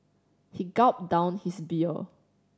he gulped down his beer